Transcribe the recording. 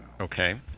Okay